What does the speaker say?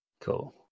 Cool